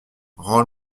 rends